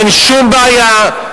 אין שום בעיה,